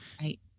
Right